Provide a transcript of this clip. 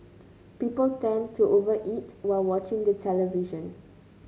people tend to over eat while watching the television